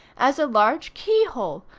as a large key-hole,